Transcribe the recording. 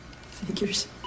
figures